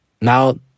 Now